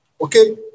Okay